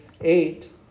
eight